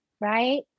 right